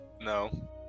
No